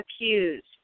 accused